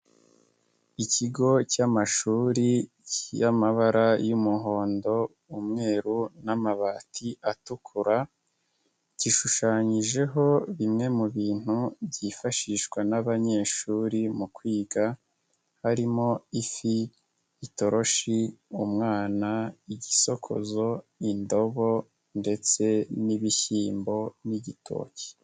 Ikigo cy'amashuri cy'amabara y'umuhondo, umweru n'amabati atukura, gishushanyijeho bimwe mu bintu byifashishwa n'abanyeshuri mu kwiga harimo ifi, itoroshi, umwana, igisokozo, indobo ndetse n'ibishyimbo n'igitoki.